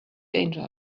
danger